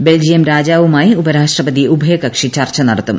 Belgium രാജാവുമായി ഉപരാഷ്ട്രപതി ഉഭയകക്ഷി ചർച്ച നടത്തും